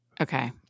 okay